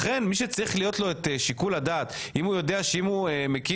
לכן מי שצריך להיות לו את שיקול הדעת אם הוא יודע שאם הוא מקים